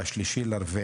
ב-3.4